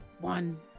one